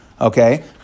okay